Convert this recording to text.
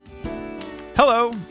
Hello